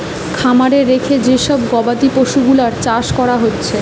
খামারে রেখে যে সব গবাদি পশুগুলার চাষ কোরা হচ্ছে